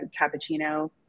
cappuccino